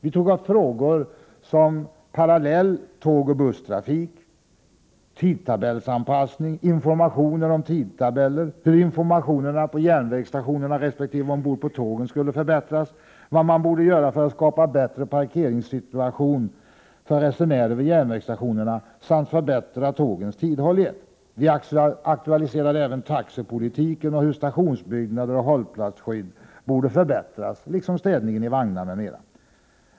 Vi tog upp frågor som parallell tågoch busstrafik, tidtabellsanpassning, information om tidtabeller, frågan hur informationen på järnvägsstationerna resp. ombord på tågen skulle kunna förbättras, vad man bör göra för att skapa en bättre parkeringssituation vid järnvägsstationerna för resenärer samt förbättra tågens tidhållighet. Vi aktualiserade även taxepolitik och hur stationsbyggnader och hållplatsskydd etc. borde förbättras liksom städningen i vagnar, m.m.